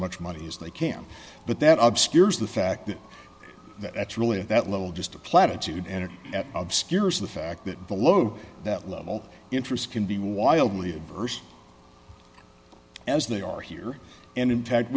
much money as they can but that obscures the fact that that's really at that level just a platitude and at obscures the fact that below that level interest can be wildly adverse as they are here and in fact